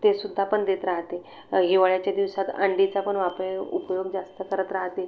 ते सुद्धापण देत राहते हिवाळ्याच्या दिवसात अंडीचा पण वापर उपयोग जास्त करत राहते